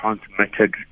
transmitted